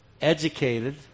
educated